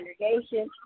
congregation